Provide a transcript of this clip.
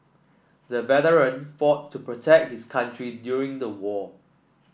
the veteran fought to protect his country during the war